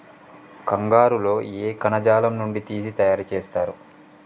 కంగారు లో ఏ కణజాలం నుండి తీసి తయారు చేస్తారు?